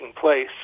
place